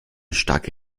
starke